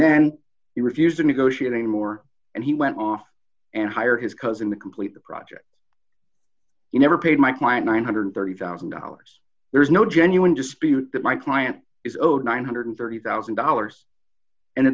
then he refused to negotiate any more and he went off and hire his cousin to complete the project you never paid my client nine hundred and thirty thousand dollars there's no genuine dispute that my client is owed nine one hundred and thirty thousand dollars and the